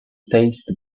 taste